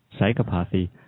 psychopathy